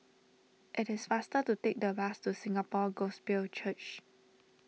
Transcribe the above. it is faster to take the bus to Singapore Gospel Church